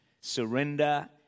surrender